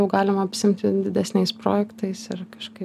jau galima apsiimt ir didesniais projektais ir kažkaip